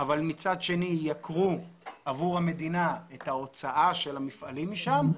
אבל מצד שני ייקרו עבור המדינה את ההוצאה של המפעלים משם,